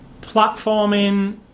platforming